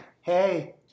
Hey